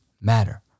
matter